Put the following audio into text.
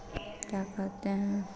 क्या कहते हैं